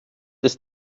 ist